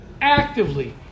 Actively